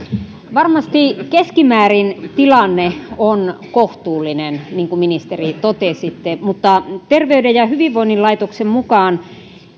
varmasti keskimäärin tilanne on kohtuullinen niin kuin ministeri totesitte mutta terveyden ja hyvinvoinnin laitoksen mukaan